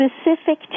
specific